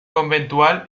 conventual